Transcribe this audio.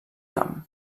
camp